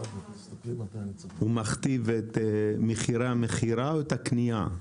הוא מכתיב את מחירי המכירה או את הקנייה.